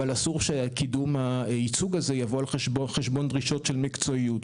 אבל אסור שקידום הייצוג הזה יבוא על חשבון דרישות של מקצועיות.